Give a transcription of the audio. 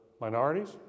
minorities